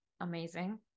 amazing